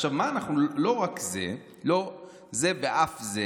עכשיו, לא רק זה, אף זה: